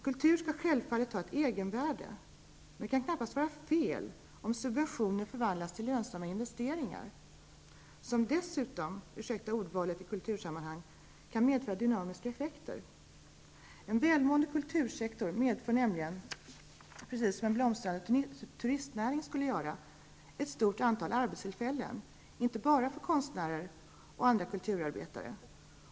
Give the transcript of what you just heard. Kultur skall självfallet ha ett egenvärde, men det kan knappast vara fel om subventioner förvandlas till lönsamma investeringar, som dessutom, ursäkta ordvalet i kultursammanhang, kan medföra dynamiska effekter. En välmående kultursektor medför nämligen, precis som en blomstrande turistnäring skulle göra, ett stort antal arbetstillfällen, inte bara för konstnärer och andra kulturarbetare.